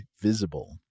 Visible